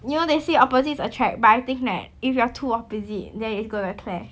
you know they say opposites attract but I think that if you are too opposite then it's gonna clash